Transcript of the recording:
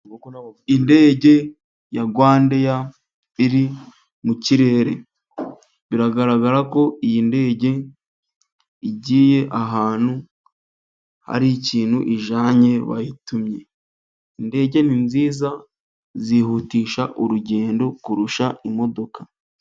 Indege ya RwandAir iri mu kirere. Biragaragara ko iyi ndege igiye ahantu, hari ikintu ijyanye bayitumye. Indege ni nziza, zihutisha urugendo kurusha imodoka.